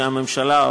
שהממשלה,